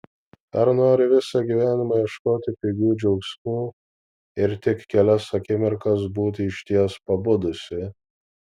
ar nori visą gyvenimą ieškoti pigių džiaugsmų ir tik kelias akimirkas būti išties pabudusi